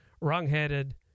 wrong-headed